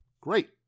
Great